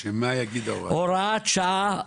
הוראת שעה,